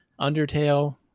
undertale